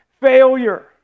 failure